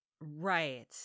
Right